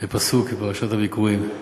בפסוק בפרשת הביכורים: